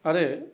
आरो